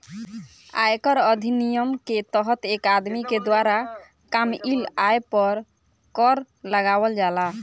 आयकर अधिनियम के तहत एक आदमी के द्वारा कामयिल आय पर कर लगावल जाला